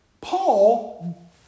Paul